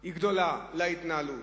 היא גדולה, על ההתנהלות.